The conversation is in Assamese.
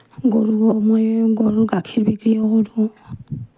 গৰু মই গৰুৰ গাখীৰ বিক্ৰী কৰোঁ